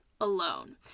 alone